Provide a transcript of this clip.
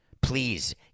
Please